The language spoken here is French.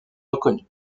reconnu